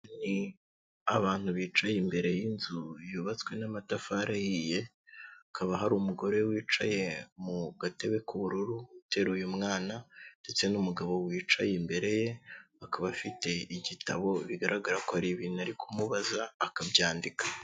Hari abantu bicaye imbere y'inzu yubatswe n'amatafari ahiye hakaba hari umugore wicaye mu gatebe k'ubururu, uteruye mwana ndetse n'umugabo wicaye imbere ye, akaba afite igitabo bigaragara ko hari ibintu ari kumubaza akabyandika.